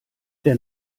der